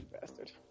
bastard